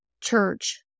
church